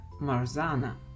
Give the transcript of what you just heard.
Marzana